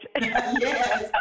yes